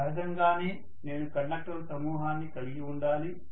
సహజంగానే నేను కండక్టర్ల సమూహాన్ని కలిగి ఉండాలి